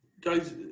Guys